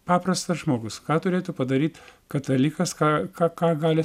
paprastas žmogus ką turėtų padaryt katalikas ką ką ką gali